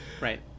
Right